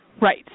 Right